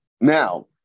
now